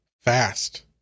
fast